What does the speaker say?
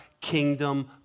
kingdom